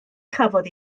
chafodd